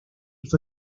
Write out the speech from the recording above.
fue